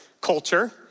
culture